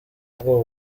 bwoba